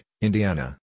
Indiana